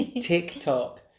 TikTok